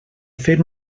fer